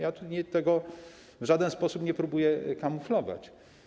Ja tego w żaden sposób nie próbuję kamuflować.